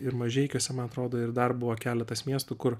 ir mažeikiuose man atrodo ir dar buvo keletas miestų kur